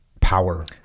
power